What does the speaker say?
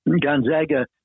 gonzaga